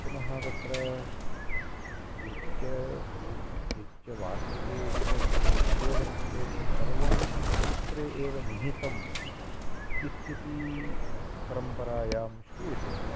पुनः तत्र यच्च सूत्रं यच्च वार्तिके यच्च भाष्ये वर्तते तत्सर्वं सूत्रे एव निहितम् इत्यपि परम्परायां श्रूयते